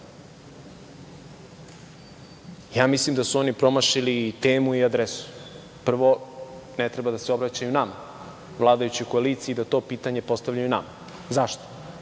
Ja mislim da su oni promašili i temu i adresu. Prvo, ne treba da se obraćaju nama, vladajućoj koaliciji, da to pitanje postavljaju nama. Zašto?